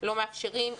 לא מאפשרים.